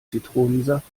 zitronensaft